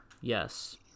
Yes